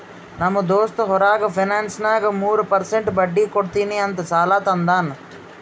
ನಮ್ ದೋಸ್ತ್ ಹೊರಗ ಫೈನಾನ್ಸ್ನಾಗ್ ಮೂರ್ ಪರ್ಸೆಂಟ್ ಬಡ್ಡಿ ಕೊಡ್ತೀನಿ ಅಂತ್ ಸಾಲಾ ತಂದಾನ್